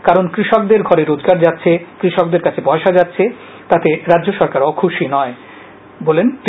কারন কৃষকদের ঘরে রোজগার যাচ্ছে কৃষকদের কাছে পয়সা যাচ্ছে তাতে রাজ্য সরকার অখুশি নয় বলেন তিনি